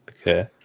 okay